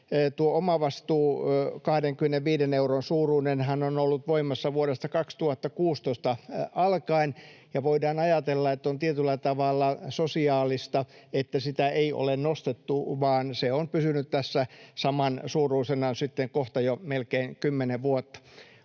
omavastuuhan, 25 euron suuruinen, on ollut voimassa vuodesta 2016 alkaen. Voidaan ajatella, että on tietyllä tavalla sosiaalista, että sitä ei ole nostettu vaan se on pysynyt samansuuruisena kohta jo melkein kymmenen vuotta.